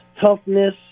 toughness